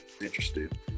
Interested